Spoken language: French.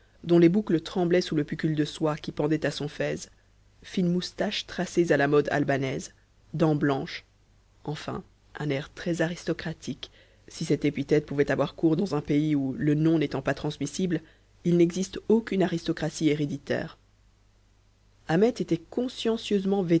dont les boucles tremblaient sous le puckul de soie qui pendait à son fez fines moustaches tracées à la mode albanaise dents blanches enfin un air très aristocratique si cette épithète pouvait avoir cours dans un pays où le nom n'étant pas transmissible il n'existe aucune aristocratie héréditaire ahmet était consciencieusement